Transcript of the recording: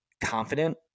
confident